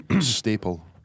staple